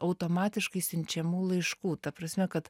automatiškai siunčiamų laiškų ta prasme kad